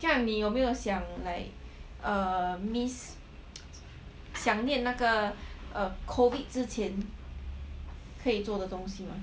这样你有没有想 like err miss 想念那个 COVID 之前可以做的东西吗